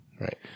right